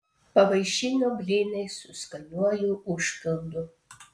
pavaišino blynais su skaniuoju užpildu